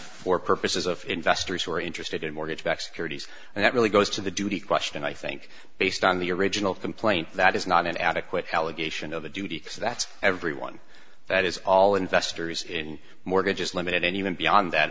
for purposes of investors who are interested in mortgage backed securities and that really goes to the duty question i think based on the original complaint that is not an adequate allegation of a duty that's everyone that is all investors in mortgages ltd and even beyond that